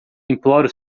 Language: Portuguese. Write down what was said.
imploro